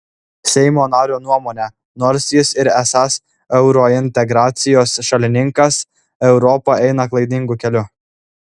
seimo nario nuomone nors jis ir esąs eurointegracijos šalininkas europa eina klaidingu keliu